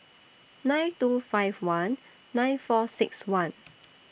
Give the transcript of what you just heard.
nine two five one nine four six one